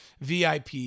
VIP